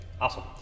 Awesome